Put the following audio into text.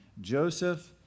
Joseph